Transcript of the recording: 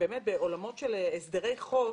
בעולמות של הסדרי חוב